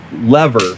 lever